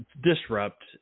disrupt